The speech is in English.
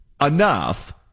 enough